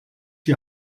die